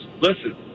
listen